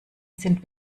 sind